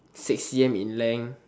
six c_m in length